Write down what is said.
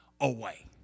away